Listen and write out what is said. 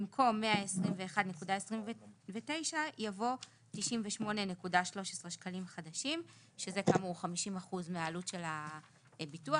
במקום 121.29 יבוא 98.13 שקלים חדשים שזה כאמור 50% מהעלות של הביטוח.